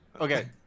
Okay